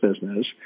business